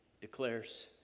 declares